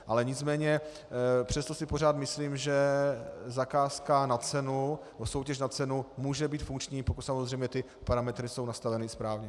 Ale nicméně přesto si pořád myslím, že zakázka na cenu, soutěž na cenu, může být funkční, pokud samozřejmě parametry jsou nastaveny správně.